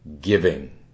giving